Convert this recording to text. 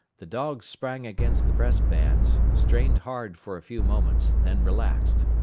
the dogs sprang against the breast-bands, strained hard for a few moments, then relaxed.